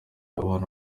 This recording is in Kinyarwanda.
abana